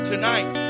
tonight